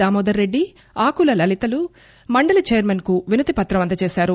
దామోదర్ రెడ్జి ఆకుల లలితలు మండలి చైర్కన్ కు వినతిపత్రం అందజేశారు